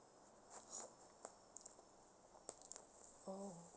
orh